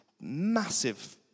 massive